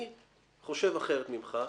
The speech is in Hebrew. אני חושב אחרת ממך.